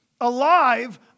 alive